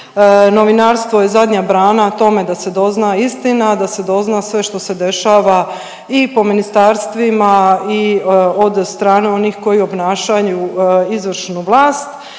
Novinarstvo je zadnja brana tome da se dozna istina, da se dozna sve što se dešava i po ministarstvima i od strane onih koji obnašaju izvršnu vlast,